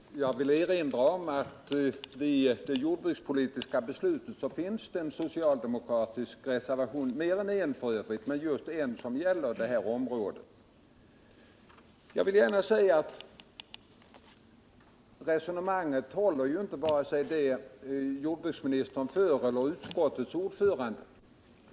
Herr talman! Jag vill erinra om att det i betänkandet som låg till grund för det jordbrukspolitiska beslutet fanns en socialdemokratisk reservation som gällde frågorna inom det här området — det fanns fler än en f. ö. Jag vill också säga att varken det resonemang som förs av jordbruksministern eller det som förs av jordbruksutskottets ordförande håller.